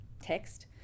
text